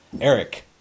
Eric